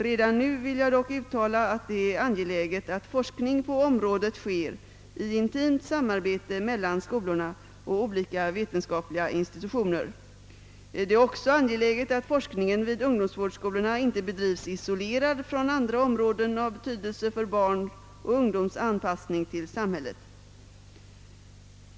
Redan nu vill jag dock uttala att det är angeläget att forskning på området sker i intimt samarbete mellan skolorna och olika vetenskapliga institutioner. Det är också angeläget att forskningen vid ungdomsvårdsskolorna inte bedrivs isolerad från andra områden av betydelse för barns och ungdoms anpassning till samhället.